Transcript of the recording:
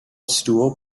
stool